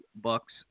Bucks